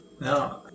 No